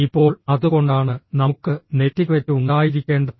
ഇപ്പോൾ അതുകൊണ്ടാണ് നമുക്ക് നെറ്റിക്വെറ്റ് ഉണ്ടായിരിക്കേണ്ടത്